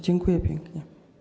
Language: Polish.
Dziękuję pięknie.